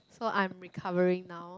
so I'm recovering now